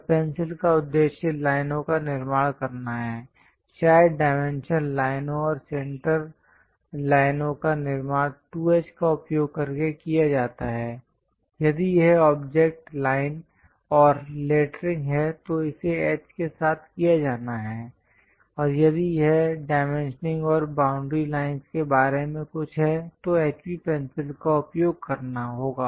और पेंसिल का उद्देश्य लाइनों का निर्माण करना है शायद डायमेंशन लाइनों और सेंटर लाइनों का निर्माण 2H का उपयोग करके किया जाता है यदि यह ऑब्जेक्ट लाइन और लेटरिंग है तो इसे H के साथ किया जाना है और यदि यह डाइमेंशनिंग और बाउंड्री लाइन के बारे में कुछ है तो HB पेंसिल का उपयोग करना होगा